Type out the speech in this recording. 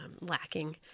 lacking